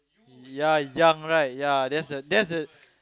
ya young right ya that's the that's the